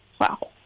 Wow